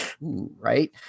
right